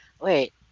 Wait